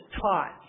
taught